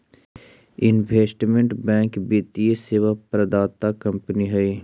investment bank वित्तीय सेवा प्रदाता कंपनी हई